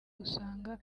usanga